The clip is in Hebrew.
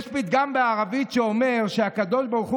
יש פתגם בערבית שאומר שכשהקדוש ברוך הוא